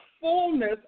fullness